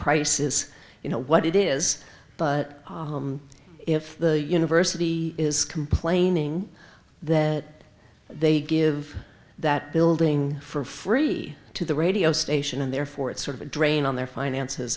price is you know what it is but if the university is complaining that they give that building for free to the radio station and therefore it's sort of a drain on their finances